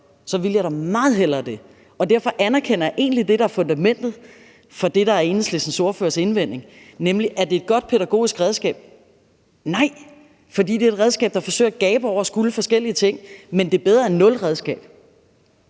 så ville jeg da meget hellere det. Derfor anerkender jeg egentlig det, der er fundamentet for det, der er Enhedslistens ordførers indvending, nemlig: Er det et godt pædagogisk redskab? Nej, for det er et redskab, der forsøger at gabe over at skulle forskellige ting. Men det er bedre end nul redskab,